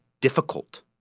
difficult